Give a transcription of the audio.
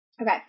Okay